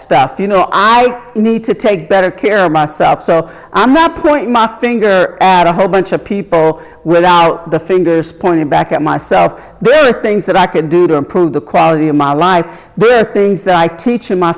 stuff you know i need to take better care of myself so i'm not pointing my finger at a whole bunch of people without the fingers pointing back at myself there are things that i could do to improve the quality of my life birth things that i teach in my